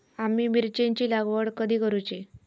आम्ही मिरचेंची लागवड कधी करूची?